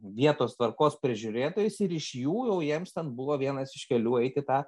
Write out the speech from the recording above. vietos tvarkos prižiūrėtojais ir iš jų jau jiems ten buvo vienas iš kelių eit į tą